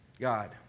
God